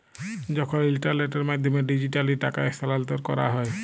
যখল ইলটারলেটের মাধ্যমে ডিজিটালি টাকা স্থালাল্তর ক্যরা হ্যয়